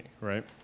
Right